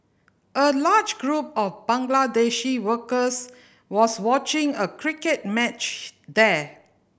a large group of Bangladeshi workers was watching a cricket match there